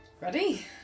Ready